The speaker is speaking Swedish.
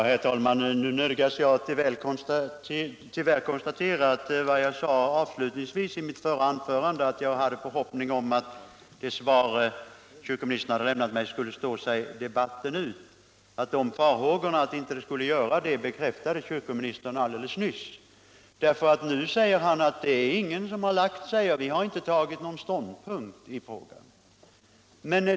Herr talman! Nu nödgas jag tyvärr konstatera att de farhågor som låg i den förhoppning jag avslutningsvis framförde i mitt förra anförande, nämligen att kyrkoministerns svar till mig skulle stå sig debatten ut, bekräftades av kyrkoministern alldeles nyss. Nu säger han att det inte är någon som lagt sig och att vi inte har intagit någon ståndpunkt i frågan.